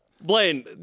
Blaine